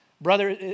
brother